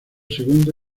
segundo